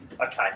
okay